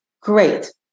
Great